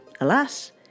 Alas